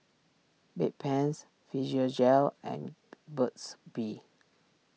Bedpans Physiogel and Burt's Bee